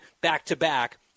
back-to-back